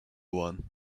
one